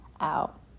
out